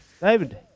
David